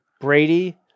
Brady